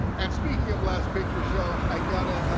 and speaking of last picture show, i got to